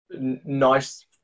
nice